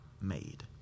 made